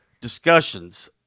discussions